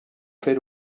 fer